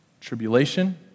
Tribulation